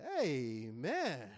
amen